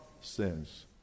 sins